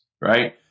Right